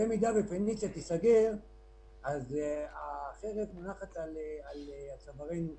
שבמידה ו"פניציה" תיסגר החרב מונחת על צווארינו גם.